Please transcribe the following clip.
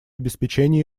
обеспечения